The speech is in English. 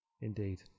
Indeed